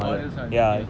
orh real son okay